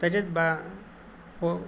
तसेच बा हो